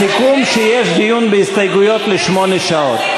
הסיכום, שיש דיון בהסתייגויות לשמונה שעות.